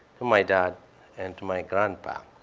to my dad and to my grandpa.